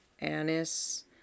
anise